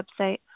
website